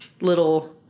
little